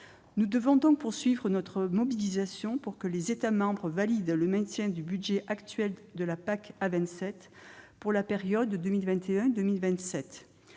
Nous devons donc poursuivre notre mobilisation pour que les États membres valident le maintien du budget actuel de la PAC à vingt-sept, pour la période 2021-2027.